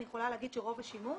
אני יכולה להגיד שרוב השימוש